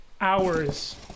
hours